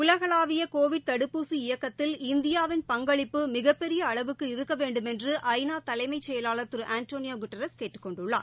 உலகளாவிய கோவிட் தடுப்பூசி இயக்கத்தில் இந்தியாவிள் பங்களிப்பு மிகப்பெரிய அளவுக்கு இருக்க வேண்டுமென்று ஐ நா தலைமைச் செயவாளர் திரு ஆண்டோனியோ கெட்டாரஸ் கேட்டுக் கொண்டுள்ளார்